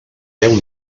déu